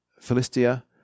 Philistia